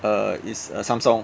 uh it's uh samsung